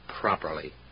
Properly